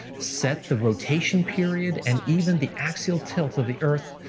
set the rotation period and even the axial tilt of the earth,